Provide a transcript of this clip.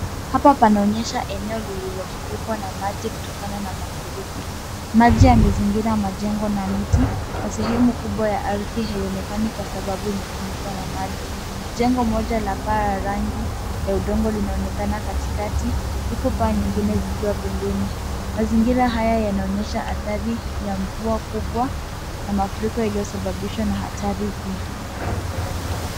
Hapa panaonyesha eneo lililofurikwa na maji kutokana na mafuriko. Maji yamezingira majengo na miti na sehemu kubwa ya ardhi haionekani, kwa sababu imefunikwa na maji. Jengo moja la paa la rangi ya udongo linaonekana katikati, huku paa nyingine zikiwa pembeni. Mazingira haya yanaonyesha athari ya mvua kubwa na mafuriko yaliyosababishwa na hatari hii.